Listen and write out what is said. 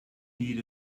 need